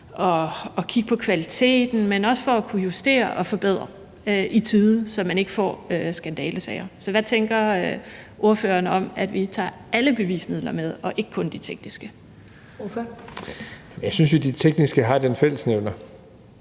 at kigge på kvaliteten, men også for at kunne justere og forbedre i tide, så man ikke får skandalesager. Så hvad tænker ordføreren om, at vi tager alle bevismidler med og ikke kun de tekniske? Kl. 11:52 Første næstformand (Karen Ellemann):